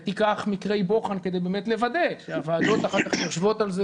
ותיקח מקרי בוחן כדי באמת לוודא שהוועדות אחר כך יושבות על זה,